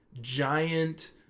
giant